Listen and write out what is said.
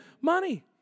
money